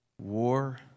war